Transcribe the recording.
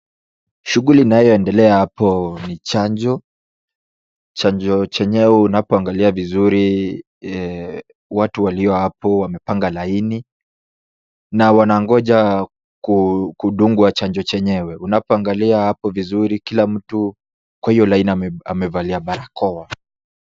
Shughuli inayoendelea hapo ni ya chanjo. Chanjo chenyewe unapoangalia vizuri watu walio hapo wamepanga laini na wanangoja kudungwa chanjo chenyewe. Unapoangalia hapo vizuri, kila mtu kwa iyo line amevalia barakoa.